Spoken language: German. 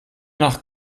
nach